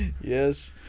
Yes